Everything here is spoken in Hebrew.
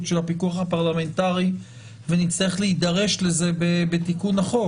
של הפיקוח הפרלמנטרי ונצטרך להידרש לזה בתיקון החוק.